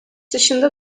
dışında